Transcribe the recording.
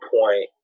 point